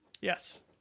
Yes